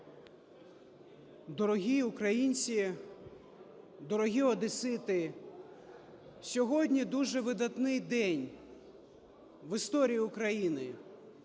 Дорогі українці, дорогі одесити! Сьогодні дуже видатний день в історії України.